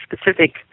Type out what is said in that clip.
specific